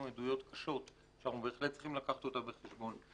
עדויות קשות שאנחנו בהחלט צריכים לקחת אותן בחשבון.